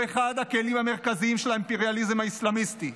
הוא אחד הכלים המרכזיים של האימפריאליזם האסלאמיסטי.